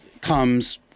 comes